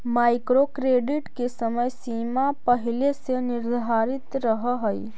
micro credit के समय सीमा पहिले से निर्धारित रहऽ हई